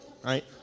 right